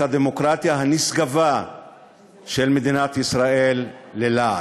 הדמוקרטיה הנשגבה של מדינת ישראל ללעג.